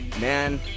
man